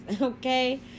okay